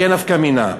כי אין נפקא מינה,